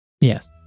yes